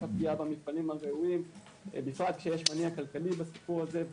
הפגיעה במפעלים הראויים בפרט כשיש מניע כלכלי בסיפור הזה,